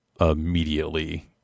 immediately